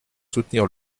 soutenir